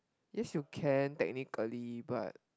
this should can technically but